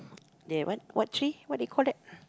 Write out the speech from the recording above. that one what tree what they call that